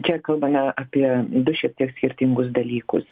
čia kalbame apie du šiek tiek skirtingus dalykus